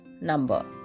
number